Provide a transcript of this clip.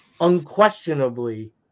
unquestionably